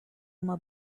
uma